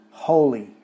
holy